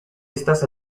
estas